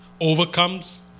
overcomes